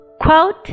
Quote